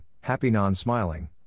happy-non-smiling